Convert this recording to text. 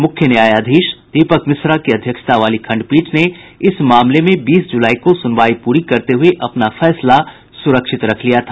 मुख्य न्यायाधीश दीपक मिश्रा की अध्यक्षता वाली खंडपीठ ने इस मामले में बीस जुलाई को सुनवाई प्री करते हुये अपना फैसला सुरक्षित रख लिया था